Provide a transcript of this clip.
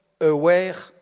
aware